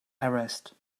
arrest